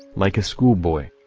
like a schoolboy.